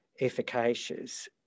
efficacious